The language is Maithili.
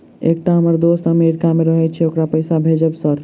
एकटा हम्मर दोस्त अमेरिका मे रहैय छै ओकरा पैसा भेजब सर?